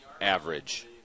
average